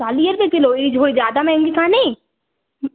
चालीह रुपे किलो उहे जे ॾाढा महांगी कोन्हे